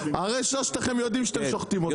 הרי שלושתכם יודעים שאתם שוחטים אותם.